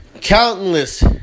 countless